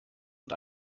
und